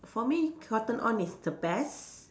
for me cotton on is the best